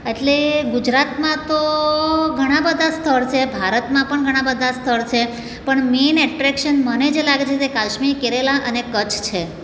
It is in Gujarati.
એટલે ગુજરાતમાં તો ઘણા બધા સ્થળ છે ભારતમાં પણ ઘણા બધા સ્થળ છે પણ મેન એટ્રેક્શન મને જે લાગે છે તે કાશ્મીર કેરેલા અને કચ્છ છે